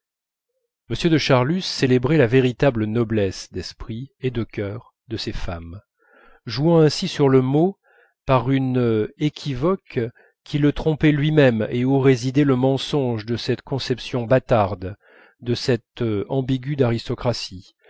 m de charlus célébrait la véritable noblesse d'esprit et de cœur de ces femmes jouant ainsi sur le mot par une équivoque qui le trompait lui-même et où résidait le mensonge de cette conception bâtarde de cet ambigu d'aristocratie